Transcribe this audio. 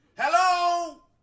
Hello